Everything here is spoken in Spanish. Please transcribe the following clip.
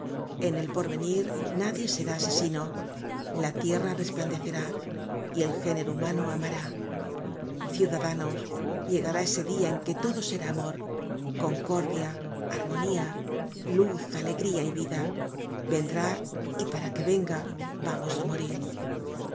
en el porvenir nadie será asesino la tierra resplandecerá y el género humano amará ciudadanos llegará ese dia en que todo será amor concordia armonía luz alegría y vida vendrá y para que venga vamos á morir